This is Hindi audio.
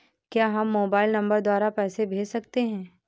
क्या हम मोबाइल नंबर द्वारा पैसे भेज सकते हैं?